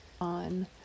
on